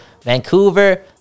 Vancouver